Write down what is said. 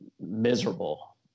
miserable